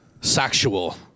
sexual